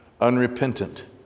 Unrepentant